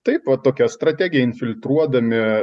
taip va tokia strategija infiltruodami